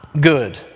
good